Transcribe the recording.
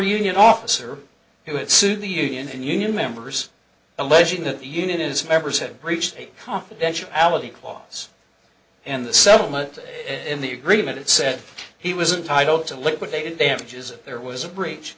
union officer who had sued the union and union members alleging that the unit is members had breached a confidentiality clause in the settlement in the agreement and said he was entitle to liquidated damages if there was a breach